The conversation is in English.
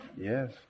Yes